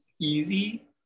easy